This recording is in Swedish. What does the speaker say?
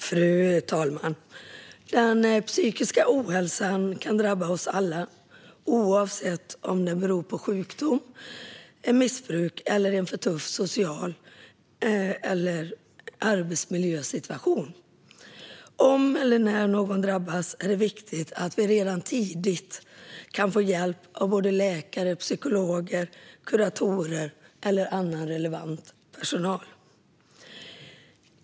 Fru talman! Psykisk ohälsa kan drabba oss alla, oavsett om det beror på sjukdom, missbruk eller en för tuff social situation eller arbetsmiljösituation. Om eller när någon drabbas är det viktigt att den redan tidigt kan få hjälp av läkare, psykologer, kuratorer eller annan relevant personal.